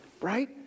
right